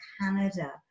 canada